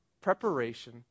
Preparation